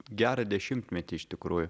gerą dešimtmetį iš tikrųjų